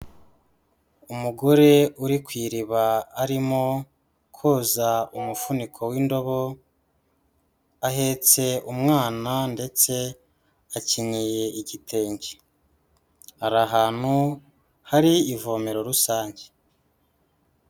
Umugore uri ku iriba arimo koza umufuniko w'indobo. Ahetse umwana ndetse akenyeye igitenge. Ari ahantu hari ivomero rusange.